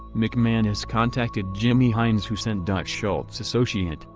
mcmanus contacted jimmy hines who sent dutch schultz associate,